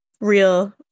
real